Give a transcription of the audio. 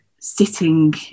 sitting